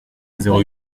zéro